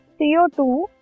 CO2